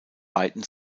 beiden